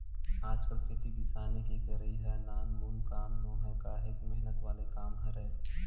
आजकल खेती किसानी के करई ह नानमुन काम नोहय काहेक मेहनत वाले काम हरय